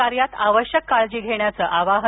कार्यात आवश्यक काळजी घेण्याचं आवाहन